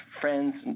friends